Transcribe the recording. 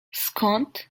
skąd